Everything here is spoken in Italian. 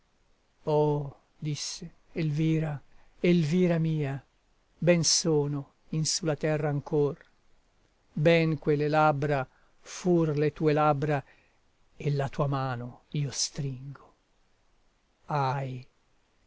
disse elvira elvira mia ben sono in su la terra ancor ben quelle labbra fur le tue labbra e la tua mano io stringo ahi